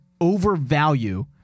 overvalue